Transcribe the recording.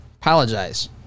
apologize